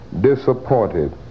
disappointed